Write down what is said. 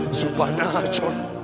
supernatural